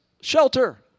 shelter